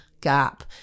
Gap